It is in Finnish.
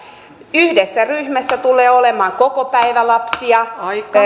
yhdessä ryhmässä tulee olemaan kokopäivälapsia